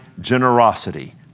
generosity